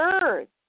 birds